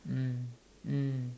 mm mm